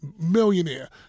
millionaire